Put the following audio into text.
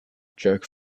jerk